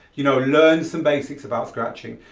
you know learn some basics about scratching.